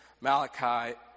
Malachi